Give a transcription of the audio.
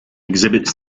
exhibits